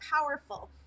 powerful